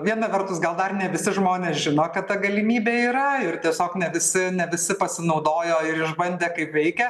viena vertus gal dar ne visi žmonės žino kad ta galimybė yra ir tiesiog ne visi ne visi pasinaudojo ir išbandė kaip veikia